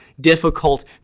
difficult